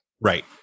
right